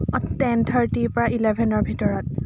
অঁ টেন থাৰ্টিৰ পৰা ইলেভেনেৰ ভিতৰত